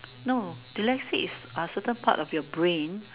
no dyslexic is a certain part of your brain